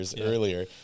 earlier